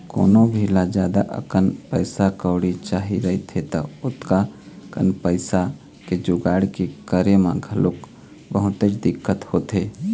कोनो भी ल जादा अकन पइसा कउड़ी चाही रहिथे त ओतका कन पइसा के जुगाड़ के करे म घलोक बहुतेच दिक्कत होथे